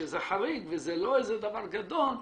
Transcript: שזה חריג וזה לא איזה דבר גדול,